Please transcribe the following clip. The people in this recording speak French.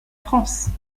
france